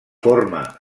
forma